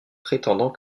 prétendant